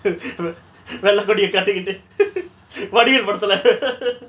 வெள்ள கொடிய கட்டிக்கிட்டு:vella kodiya kattikittu vadivel படத்துல:padathula